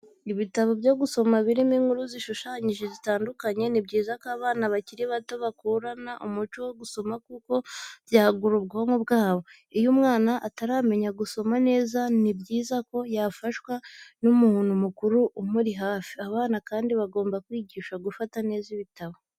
Ibitabo byo gusoma birimo inkuru zishushanyije zitandukanye, ni byiza ko abana bakiri bato bakurana umuco wo gusoma kuko byagura ubwonko bwabo. Iyo umwana ataramenya gusoma neza ni byiza ko yafashwa n'umuntu mukuru umuri hafi. Abana kandi bagomba kwigishwa gufata neza ibitabo.